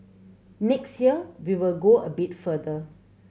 next year we will go a bit further